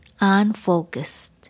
unfocused